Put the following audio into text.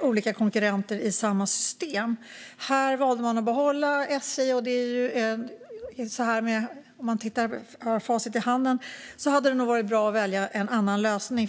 olika konkurrenter i samma system. Här valde man att behålla SJ. Om man tittar med facit i hand hade det nog varit bra att välja en annan lösning.